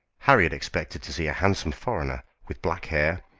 harry had expected to see a handsome foreigner, with black hair,